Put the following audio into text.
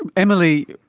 and emily,